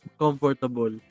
Comfortable